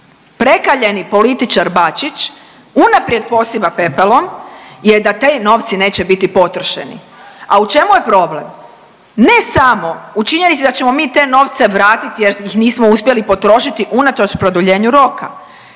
prekaljeni političar Bačić unaprijed posipa pepelom je da taj novci neće biti potrošeni. A u čemu je problem? Ne samo u činjenici da ćemo mi te novce vratiti jer ih nismo uspjeli potrošiti unatoč produljenju roka,